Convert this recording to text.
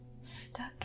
Stuck